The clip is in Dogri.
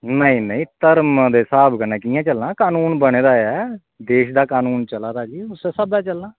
नेईं नेईं धर्म दे स्हाब कन्नै कियां चलना कानून ते बने दा ऐ देश दा कानून चला दा जी उस्सै स्हाब दा चलना